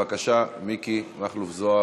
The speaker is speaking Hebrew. בבקשה, מיקי מכלוף זוהר.